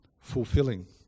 fulfilling